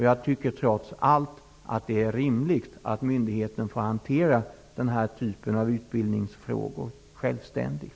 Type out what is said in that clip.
Jag tycker trots allt att det är rimligt att myndigheten får hantera den här typen av utbildningsfrågor självständigt.